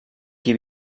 qui